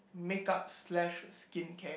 make up slash skin care